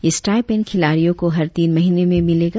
यह स्टाइपेंड खिलाड़ियों को हर तीन महीने में मिलेगा